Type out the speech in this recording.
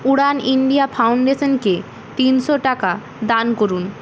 উড়ান India ফাউন্ডেশনকে তিনশো টাকা দান করুন